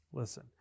Listen